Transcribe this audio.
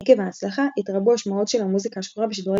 עקב ההצלחה התרבו השמעות של המוזיקה השחורה בשידורי